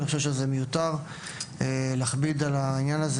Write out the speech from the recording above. אני חושב שזה מיותר להכביד על העניין הזה